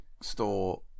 store